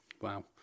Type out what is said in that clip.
Wow